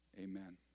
amen